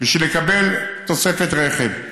בשביל לקבל תוספת רכב.